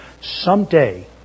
someday